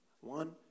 One